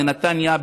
בנתניה,